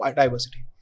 diversity